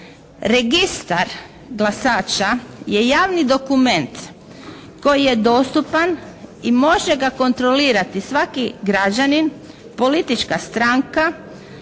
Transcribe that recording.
Registra glasača je javni dokument koji je dostupan i može ga kontrolirati svaki građanin, politička stranka